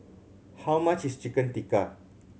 how much is Chicken Tikka